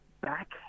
back